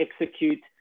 execute